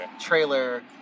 Trailer